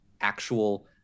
actual